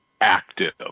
active